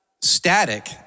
static